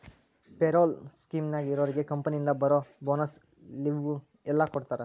payroll ಸ್ಕೇಮ್ನ್ಯಾಗ ಇರೋರ್ಗೆ ಕಂಪನಿಯಿಂದ ಬರೋ ಬೋನಸ್ಸು ಲಿವ್ವು ಎಲ್ಲಾ ಕೊಡ್ತಾರಾ